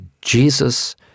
Jesus